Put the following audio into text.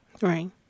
right